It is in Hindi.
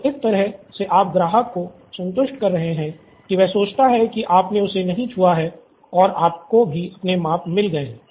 तो इस तरह से आप ग्राहक को संतुष्ट कर रहे हैं कि वह सोचता है कि आपने उसे नहीं छुआ है और आपको भी अपने माप मिल गए है